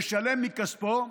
לשלם מכספו,